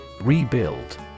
Rebuild